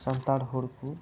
ᱥᱟᱱᱛᱟᱲ ᱦᱚᱲ ᱠᱚ